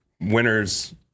Winners